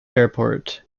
airport